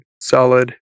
solid